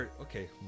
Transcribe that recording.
Okay